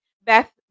Beth